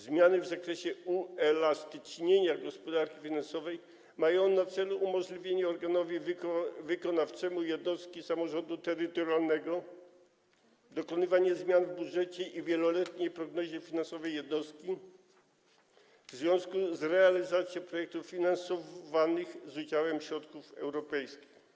Zmiany w zakresie uelastycznienia gospodarki finansowej mają na celu umożliwienie organowi wykonawczemu jednostki samorządu terytorialnego dokonywanie zmian w budżecie i w wieloletniej prognozie finansowej jednostki w związku z realizacją projektów finansowanych z udziałem środków europejskich.